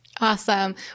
Awesome